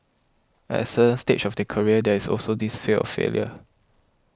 at a certain stage of the career there is also this fear of failure